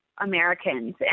Americans